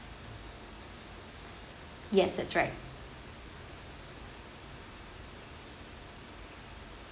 yes that's right